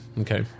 Okay